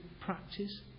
practice